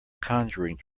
conjuring